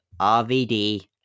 RVD